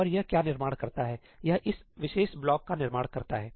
और यह क्या निर्माण करता है यह इस विशेष ब्लॉक का निर्माण करता है